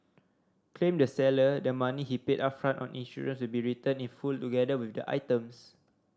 claimed the seller the money he paid upfront on insurance will be returned in full together with the items